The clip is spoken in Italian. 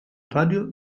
radio